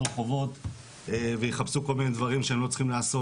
ברחובות ויחפשו כל מיני דברים שהם לא צריכים לעשות.